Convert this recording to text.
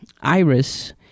Iris